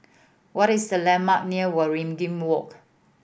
what is the landmark near Waringin Walk